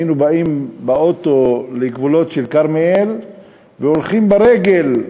היינו באים באוטו לגבולות של כרמיאל והולכים ברגל,